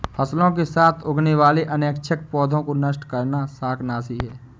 फसलों के साथ उगने वाले अनैच्छिक पौधों को नष्ट करना शाकनाशी है